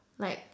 like